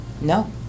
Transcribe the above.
No